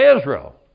Israel